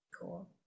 Cool